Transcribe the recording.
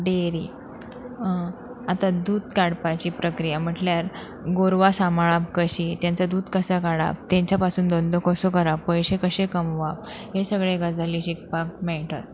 dairy आतां दूद काडपाची प्रक्रिया म्हटल्यार गोरवां सांबाळप कशी तेंच दूद कसो काडप तेंच्या पासून धंदो कसो करप पयशे कशें कमवप हे सगळे गजाली शिकपाक मेळटात